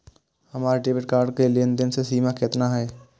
हमार debit card के लेन देन के सीमा केतना ये?